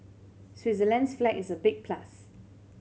Switzerland's flag is a big plus